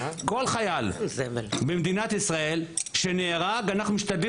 כל חייל במדינת ישראל שנהרג אנחנו משתדלים